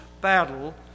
battle